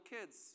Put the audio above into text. kids